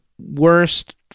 worst